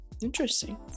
Interesting